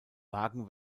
wagen